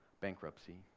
bankruptcy